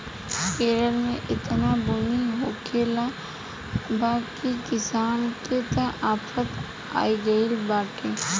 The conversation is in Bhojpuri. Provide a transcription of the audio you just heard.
केरल में एतना बुनी होखले बा की किसान के त आफत आगइल बाटे